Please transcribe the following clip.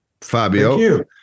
Fabio